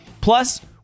Plus